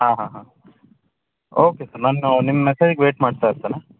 ಹಾಂ ಹಾಂ ಹಾಂ ಓಕೆ ಸರ್ ನಾನು ನಿಮ್ಮ ಮೆಸೇಜ್ಗೆ ವೇಟ್ ಮಾಡ್ತಾ ಇರ್ತೇನೆ